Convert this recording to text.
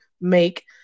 make